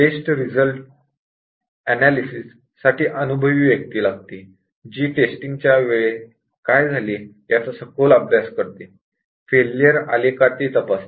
taste result analysis साठी अनुभवी व्यक्ती लागते जी टेस्टिंग च्या वेळी काय झाले याचा सखोल अभ्यास करते फेलियर आले का ते तपासते